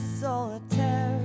solitaire